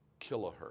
kilohertz